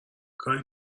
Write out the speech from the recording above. کاری